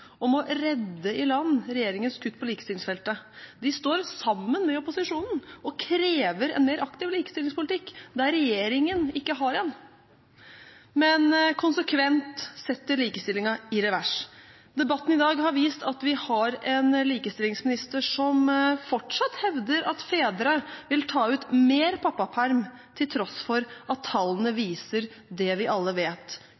om å redde i land regjeringens kutt på likestillingsfeltet. De står sammen med opposisjonen og krever en mer aktiv likestillingspolitikk der regjeringen ikke har en, men konsekvent setter likestillingen i revers. Debatten i dag har vist at vi har en likestillingsminister som fortsatt hevder at fedre vil ta ut mer pappaperm, til tross for at tallene viser det vi alle vet: